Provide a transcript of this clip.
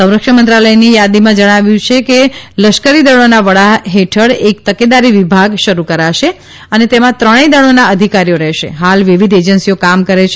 સંરક્ષણ મંત્રાલયની યાદીમાં જણાવ્યું અનુસાર લશ્કરી દળોના વડા હેઠળ એક તકેદારી વિભાગ શરૂ કરાશે અને તેમાં ત્રણેય દળોના અધિકારીઓ રહેશે હાલ વિવિધ એજન્સીઓ કામ કરે છે